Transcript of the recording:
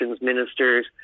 ministers